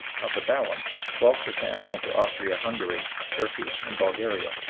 of the balance, twelve per cent went to austria-hungary, turkey, and bulgaria,